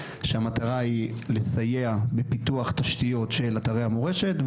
כשהמטרה היא לסייע בפיתוח תשתיות של אתרי המורשת,